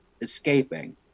escaping